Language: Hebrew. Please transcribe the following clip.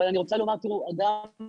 אבל אני רוצה לומר יש דברים